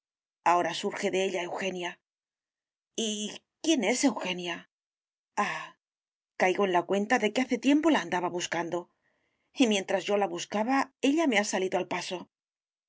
ahora surge de ella eugenia y quién es eugenia ah caigo en la cuenta de que hace tiempo la andaba buscando y mientras yo la buscaba ella me ha salido al paso